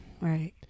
right